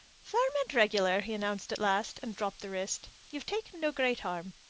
firm and regular, he announced at last, and dropped the wrist. you've taken no great harm.